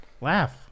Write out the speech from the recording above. Laugh